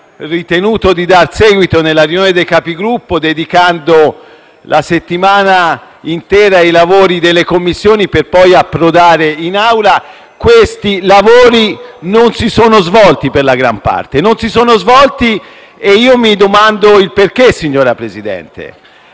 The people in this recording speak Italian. ritenuto di dar seguito nella riunione dei Capigruppo, dedicando la settimana intera ai lavori delle Commissioni per poi approdare in Aula. Questi lavori non si sono svolti per la gran parte e mi domando il perché, signor Presidente.